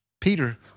Peter